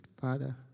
Father